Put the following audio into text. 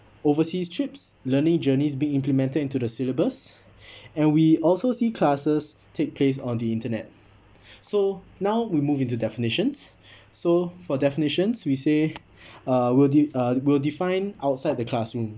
overseas trips learning journeys be implemented into the syllabus and we also see classes take place on the internet so now we move into definitions so for definitions we say uh we'll de~ uh we'll define outside the classroom